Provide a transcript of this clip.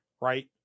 right